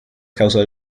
causa